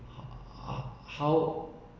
how